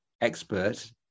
expert